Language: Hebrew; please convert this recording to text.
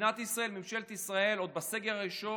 מדינת ישראל או ממשלת ישראל, עוד בסגר הראשון,